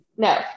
No